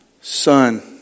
son